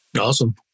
Awesome